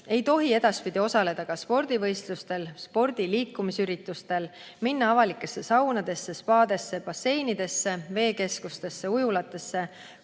ei tohi edaspidi osaleda ka spordivõistlustel, spordi‑ ja liikumisüritustel, minna avalikesse saunadesse, spaadesse, basseinidesse, veekeskustesse, ujulatesse,